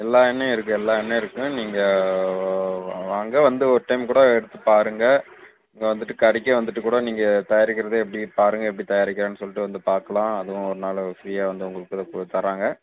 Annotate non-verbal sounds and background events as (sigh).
எல்லா எண்ணெயும் இருக்குது எல்லா எண்ணெயும் இருக்குதுங்க நீங்கள் வாங்க வந்து ஒரு டைம் கூட எடுத்துப் பாருங்க வந்துட்டு கடைக்கே வந்துட்டு கூட நீங்கள் தயாரிக்கிறது எப்படி பாருங்கள் எப்படி தயாரிக்கிறாங்கன்னு சொல்லிட்டு வந்து பார்க்கலாம் அதுவும் ஒரு நாள் ஃப்ரீயாக வந்து உங்களுக்கு (unintelligible) தராங்க